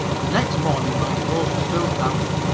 the next morning my clothes were still damp.